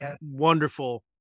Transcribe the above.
wonderful